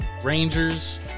rangers